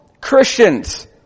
Christians